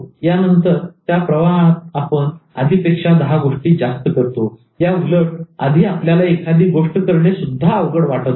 यानंतर त्या प्रवाहात आपण आधीपेक्षा दहा गोष्टी जास्त करतो याउलट आधी आपल्याला एखादी गोष्ट करणे सुद्धा अवघड वाटत होते